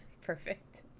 Perfect